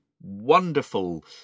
wonderful